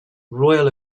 royal